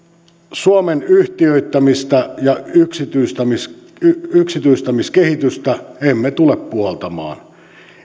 suomen yhtiöittämistä ja yksityistämiskehitystä yksityistämiskehitystä emme tule puoltamaan